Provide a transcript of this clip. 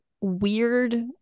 weird